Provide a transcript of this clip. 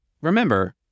remember